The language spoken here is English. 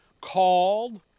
called